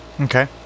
Okay